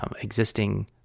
existing